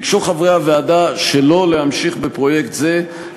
ביקשו חברי הוועדה שלא להמשיך בפרויקט זה,